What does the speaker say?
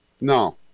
No